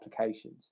applications